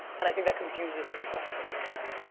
and i think that confuses people. sooner than that.